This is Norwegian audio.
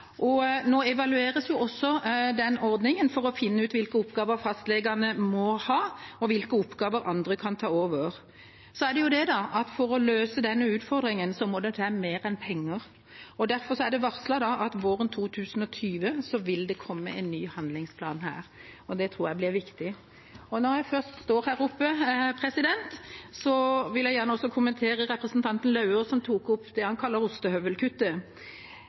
og tilskudd til utdanningsstillinger. Nå evalueres den ordningen for å finne ut hvilke oppgaver fastlegene må ha og hvilke oppgaver andre kan ta over. For å løse denne utfordringen må det til mer enn penger. Derfor er det varslet at våren 2020 vil det komme en ny handlingsplan. Den tror jeg blir viktig. Når jeg først står her oppe, vil jeg gjerne kommentere noe representanten Lauvås sa, som tok opp det han kaller